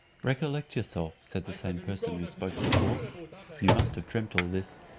recollect yourself, said the same person who spoke before you must have dreamt all this,